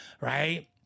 Right